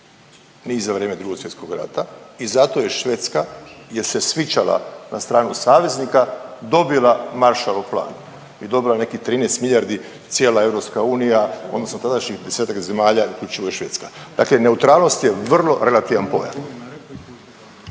ni za vrijeme Drugog svjetskog rata i zato je Švedska jer se … na stranu saveznika dobila Maršalov plan i dobila nekih 13 milijardi, cijela Europska unija odnosno tadašnjih 10-tak zemalja uključivo i Švedska. Dakle, neutralnost je vrlo relativan pojam.